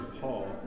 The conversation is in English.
Paul